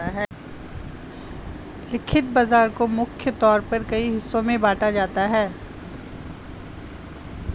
लक्षित बाजार को मुख्य तौर पर कई हिस्सों में बांटा जाता है